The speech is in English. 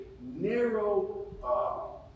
narrow